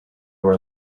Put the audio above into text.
were